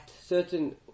certain